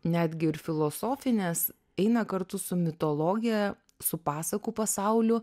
netgi ir filosofinės eina kartu su mitologija su pasakų pasauliu